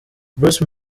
bruce